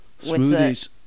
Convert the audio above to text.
Smoothies